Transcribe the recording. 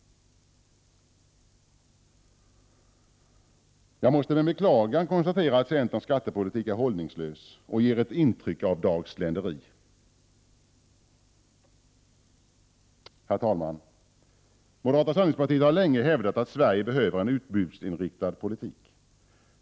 Jag måste med beklagande konstatera att centerns skattepolitik är hållningslös och ger ett intryck av dagsländeri. Herr talman! Moderata samlingspartiet har länge hävdat att Sverige behöver en utbudsinriktad politik.